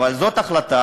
אבל זו החלטה,